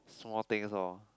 small things lor